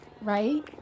right